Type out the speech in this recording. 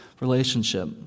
relationship